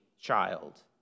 child